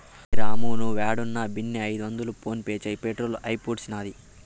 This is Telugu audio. అరె రామూ, నీవేడున్నా బిన్నే ఐదొందలు ఫోన్పే చేయి, పెట్రోలు అయిపూడ్సినాది